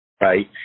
Right